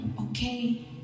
okay